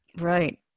Right